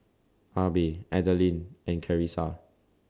Abe Adalyn and Carissa